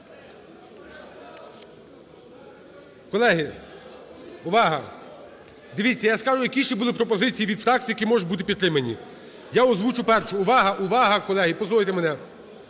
Колеги, увага! Дивіться, я скажу, які ще були пропозиції від фракцій, які можуть бути підтримані. Я озвучу першу. Увага! Увага, колеги! Послухайте мене!